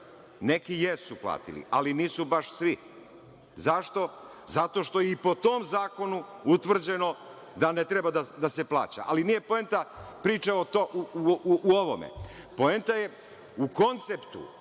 Neki jesu platili, ali nisu baš svi. Zašto? Zato što je i po tom zakonu utvrđeno da ne treba da se plaća, ali nije poenta priče u ovome. Poenta je u konceptu